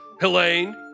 Helene